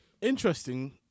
Interesting